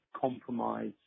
compromise